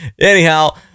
Anyhow